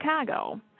Chicago